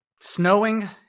snowing